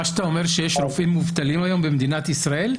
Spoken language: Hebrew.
מה שאתה אומר זה שיש רופאים מובטלים היום במדינת ישראל,